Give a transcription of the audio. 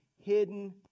hidden